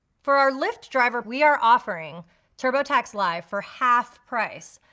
for our lyft driver we are offering turbotax live for half price.